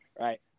right